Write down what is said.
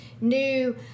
new